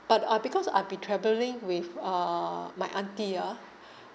but uh because I'd be travelling with uh my aunty ah